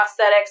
prosthetics